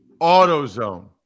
AutoZone